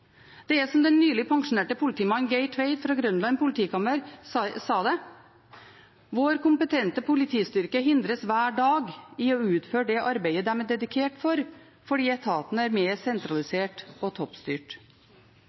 Det er som den nylig pensjonerte politimannen Geir Tveit fra Grønland politikammer sa det: «Men vår kompetente politistyrke hindres hver dag i å utføre det arbeidet de er dedikert for, fordi etaten er mer sentralisert og toppstyrt.»